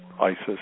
ISIS